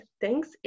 Thanks